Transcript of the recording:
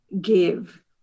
give